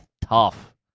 tough